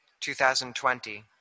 2020